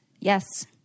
yes